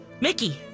mickey